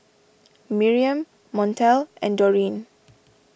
Miriam Montel and Dorine